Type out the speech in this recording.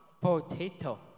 potato